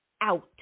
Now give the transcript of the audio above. out